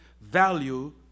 value